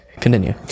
continue